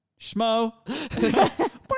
Schmo